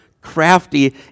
crafty